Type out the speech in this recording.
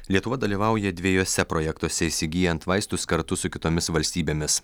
lietuva dalyvauja dviejuose projektuose įsigyjant vaistus kartu su kitomis valstybėmis